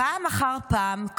פעם אחר פעם,